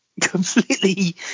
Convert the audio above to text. completely